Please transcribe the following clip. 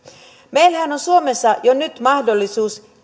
meillähän on suomessa jo nyt mahdollisuus